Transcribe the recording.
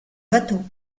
bateaux